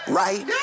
right